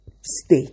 Stay